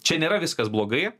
čia nėra viskas blogai